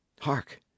Hark